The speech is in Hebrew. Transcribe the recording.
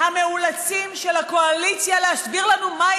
המאולצים של הקואליציה להסביר לנו מהי